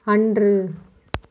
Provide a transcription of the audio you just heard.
அன்று